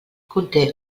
conté